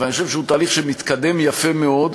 אבל אני חושב שהוא תהליך שמתקדם יפה מאוד.